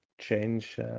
change